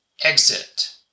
exit